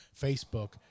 facebook